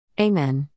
Amen